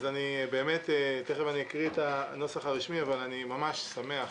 תיכף אני אקריא את הנוסח הרשמי, אבל אני שמח